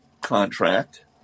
contract